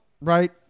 right